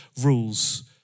rules